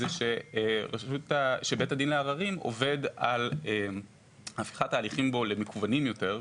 בית הדין לעררים עובד על הפיכת ההליכים בו למקוונים יותר,